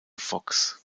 fox